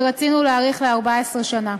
שרצינו להאריך ל-14 שנה.